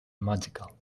magical